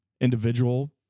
individual